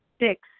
six